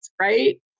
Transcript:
right